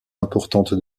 importante